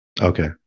Okay